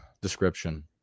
description